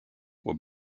were